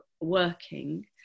working